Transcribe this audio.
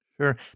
Sure